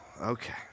Okay